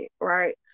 right